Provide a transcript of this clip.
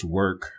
work